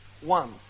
one